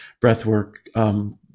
breathwork